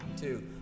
two